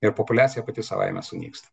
ir populiacija pati savaime sunyksta